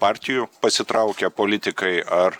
partijų pasitraukę politikai ar